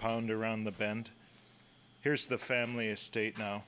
pound around the bend here's the family estate now